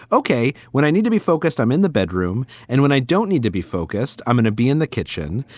ok, when i need to be focused, i'm in the bedroom. and when i don't need to be focused, i'm going to be in the kitchen.